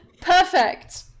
perfect